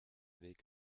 weg